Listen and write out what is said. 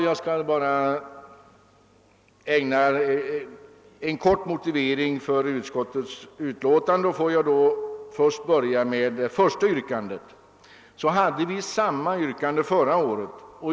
Jag skall bara lämna en kort motivering för utskottets ställningstagande. Låt mig då börja med det första yrkandet. Redan förra året hade vi att behandla samma yrkande.